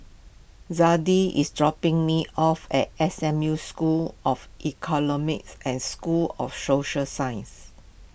Zadie is dropping me off at S M U School of Economics at School of Social Sciences